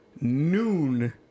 noon